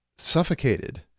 suffocated